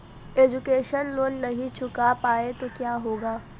Education loan नहीं चुका पाए तो क्या होगा?